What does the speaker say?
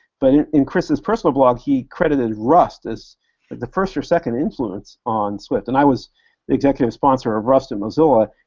but in in chris' personal blog, he credited rust as the first or second influence on swift, and i was the executive sponsor of rust in mozilla,